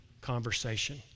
conversation